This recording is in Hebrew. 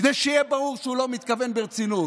כדי שיהיה ברור שהוא לא מתכוון ברצינות.